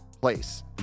place